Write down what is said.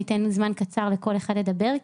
ניתן זמן קצר לכל אחד לדבר,